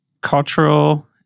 cultural